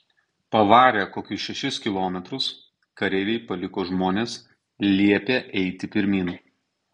pavarę kokius šešis kilometrus kareiviai paliko žmones liepę eiti pirmyn